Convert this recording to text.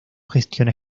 gestiona